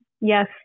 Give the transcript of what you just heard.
yes